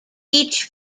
each